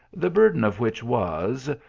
the burden of which was,